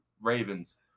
Ravens